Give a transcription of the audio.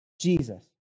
Jesus